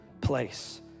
place